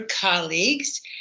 colleagues